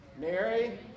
Mary